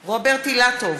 נגד רוברט אילטוב,